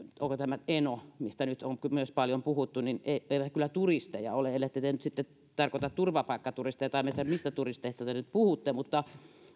onko se nyt eno mistä nyt on myös paljon puhuttu niin eivät he kyllä turisteja ole ellette te nyt sitten tarkoita turvapaikkaturisteja tai en minä tiedä mistä turisteista te nyt puhutte mutta